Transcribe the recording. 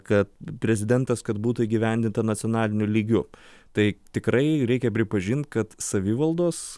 kad prezidentas kad būtų įgyvendinta nacionaliniu lygiu tai tikrai reikia pripažint kad savivaldos